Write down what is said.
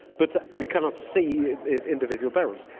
but we cannot see individual burials.